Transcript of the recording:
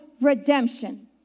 redemption